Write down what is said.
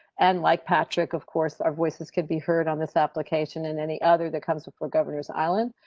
and, like, patrick, of course, our voices can be heard on this application and any other that comes with for governor's island.